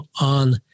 on